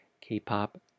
K-pop